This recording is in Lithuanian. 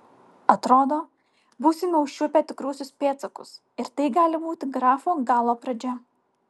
atrodo būsime užčiuopę tikruosius pėdsakus ir tai gali būti grafo galo pradžia